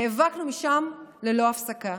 נאבקנו משם ללא הפסקה,